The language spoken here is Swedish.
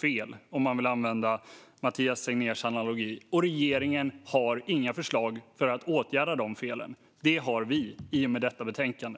fel, för att använda Mathias Tegnérs analogi, och regeringen har inga förslag för att åtgärda de felen. Det har dock vi i och med detta betänkande.